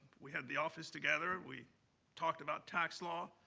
we had the office together. we talked about tax law.